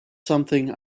something